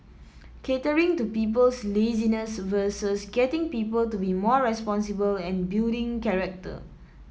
catering to people's laziness versus getting people to be more responsible and building character